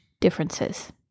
differences